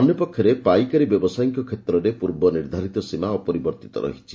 ଅନ୍ୟପକ୍ଷରେ ପାଇକାରୀ ବ୍ୟବସାୟୀଙ୍କ କ୍ଷେତ୍ରରେ ପୂର୍ବ ନିର୍ଦ୍ଧାରିତ ସୀମା ଅପରିବର୍ତ୍ତିତ ରହିଛି